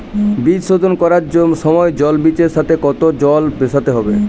বীজ শোধন করার সময় জল বীজের সাথে কতো জল মেশাতে হবে?